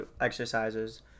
exercises